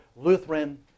Lutheran